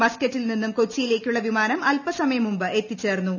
മസ്ക്കറ്റിൽ നിന്നും കൊച്ചിയിലേക്കുള്ള വിമാനം അല്പസമയം മുമ്പ് എത്തിച്ചേർന്നു